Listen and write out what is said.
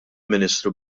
ministru